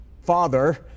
father